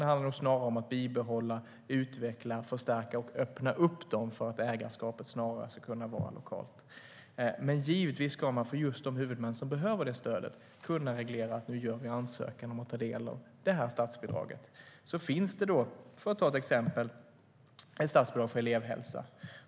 Det handlar snarare om att bibehålla, utveckla, förstärka och öppna upp dem för att ägarskapet ska vara lokalt. Men givetvis ska de huvudmän som behöver stöd kunna ansöka om och ta del av ett statsbidrag för till exempel elevhälsa.